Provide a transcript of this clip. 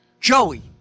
Joey